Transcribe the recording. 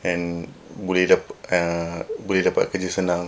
and boleh dapat uh boleh dapat kerja senang